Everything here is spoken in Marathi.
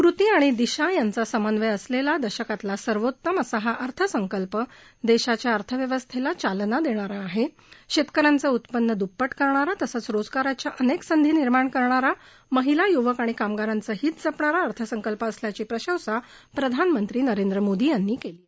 कृती आणि दिशा यांचा समन्वय असलेला दशकातला सर्वोत्तम असा हा अर्थसंकल्प देशाच्या अर्थव्यवस्थेला चालना देणारा आहे शेतकऱ्यांचं उत्पन्न दुप्पट करणारा तसंच रोजगाराच्या अनेक संधी निर्माण करणारा आणि महिला युवक तसंच कामगारांचं हित जपणारा अर्थसंकल्प असल्याची प्रशंसा प्रधानमंत्री नरेंद्र मोदी यांनी केली आहे